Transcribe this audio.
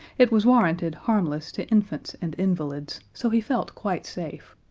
it was warranted harmless to infants and invalids, so he felt quite safe.